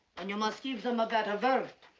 and you must give them a better world.